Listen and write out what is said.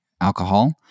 alcohol